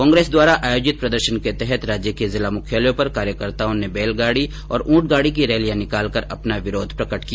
कांग्रेस द्वारा आयोजित प्रदर्शन के तहत राज्य के जिला मुख्यालयों पर कार्यकर्ताओं ने बैलगाडी और ऊंटगाडी की रैलियां निकाल कर अपना विरोध प्रकट किया